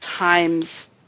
Times